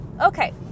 Okay